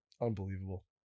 Unbelievable